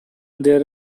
there